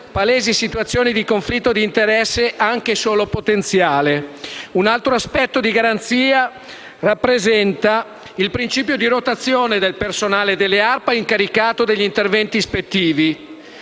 palesi situazioni di conflitto di interesse anche solo potenziale. Un altro aspetto di garanzia rappresenta il principio di rotazione del personale delle ARPA incaricato degli interventi ispettivi